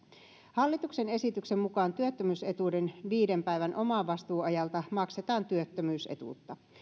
hallituksen esityksen mukaan työttömyysetuuden viiden päivän omavastuuajalta maksetaan työttömyysetuutta